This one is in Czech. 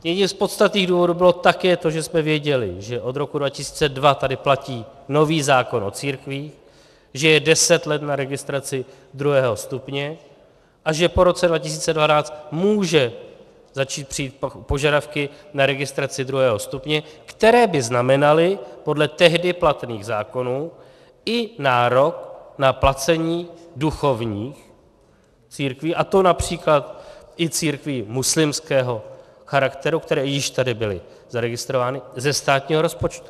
Jedním z podstatných důvodů bylo také to, že jsme věděli, že od roku 2002 tady platí nový zákon o církvích, že je deset let na registraci druhého stupně a že po roce 2012 mohou přijít požadavky na registraci druhého stupně, které by znamenaly podle tehdy platných zákonů i nárok na placení duchovních církví, a to například i církví muslimského charakteru, které již tady byly zaregistrovány, ze státního rozpočtu.